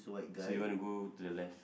so you want to go to the left